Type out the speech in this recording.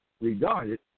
regarded